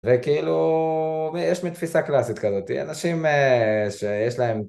וכאילו יש לי תפיסה קלאסית כזאתי אנשים שיש להם